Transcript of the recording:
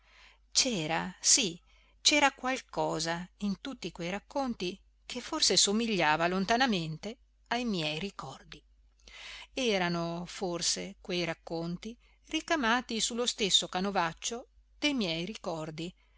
c'era sì c'era qualcosa in tutti quei racconti che forse somigliava lontanamente ai miei ricordi erano forse quei racconti ricamati su lo stesso canovaccio de miei ricordi